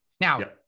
Now